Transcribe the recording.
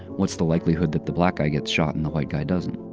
what's the likelihood that the black guy gets shot, and the white guy doesn't?